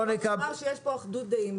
אדוני היושב ראש אמרת שיש כאן אחדות דעים,